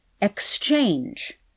exchange